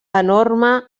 enorme